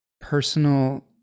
personal